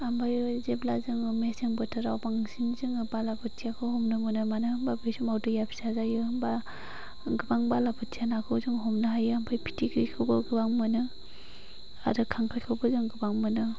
आमफ्राइ जेब्ला जों मेसें बोथोराव बांसिन जों बालाबाथियाखौ हमनो मानो होनबा बे समाव दैआ फिसा जायो होनबा गोबां बालाबाथिया नाखौ जों हमनो हायो आमफ्राइ फिथिख्रिखौबो गोबां मोनो आरो खांख्रायखौबो जों गोबां मोनो